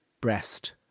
breast